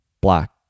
black